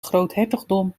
groothertogdom